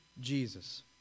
Jesus